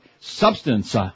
substance